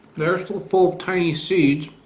they are still full of tiny seeds